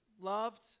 loved